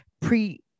pre